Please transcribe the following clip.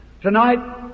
Tonight